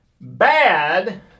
bad